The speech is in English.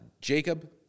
Jacob